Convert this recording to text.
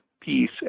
piece